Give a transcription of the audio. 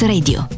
Radio